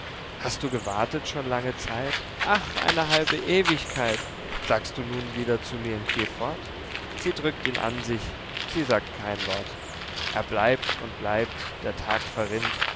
hast du gewartet schon lange zeit ach eine halbe ewigkeit sagst du nun wieder zu mir geh fort sie drückt ihn an sich sie sagt kein wort er bleibt und bleibt der tag verrinnt